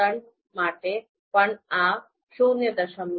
બળતણ માટે પણ આ ૦